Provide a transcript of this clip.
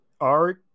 Art